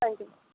thank you